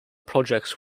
projects